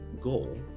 goal